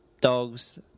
Dogs